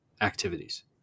activities